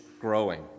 growing